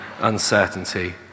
uncertainty